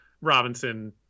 Robinson